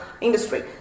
industry